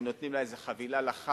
ונותנים לה איזה חבילה לחג,